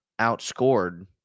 outscored